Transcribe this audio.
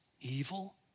evil